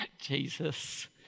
Jesus